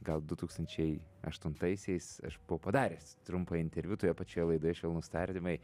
gal du tūkstančiai aštuntaisiais aš buvau padaręs trumpą interviu toje pačioje laidoje švelnūs tardymai